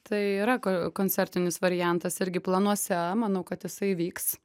tai yra ko koncertinis variantas irgi planuose manau kad jisai vyks